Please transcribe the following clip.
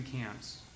camps